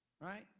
Right